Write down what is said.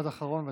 משפט אחרון ודי.